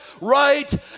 right